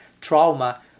trauma